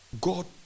God